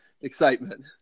excitement